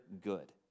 good